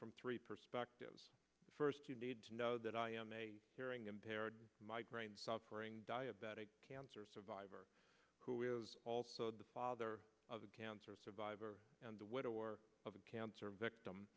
from three perspectives first you need to know that i am a hearing impaired migraine suffering diabetic cancer survivor who is also the father of a cancer survivor and the widower of a cancer victim